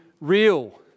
real